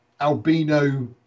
albino